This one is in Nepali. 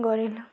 गरिनँ